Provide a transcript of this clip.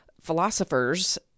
philosophers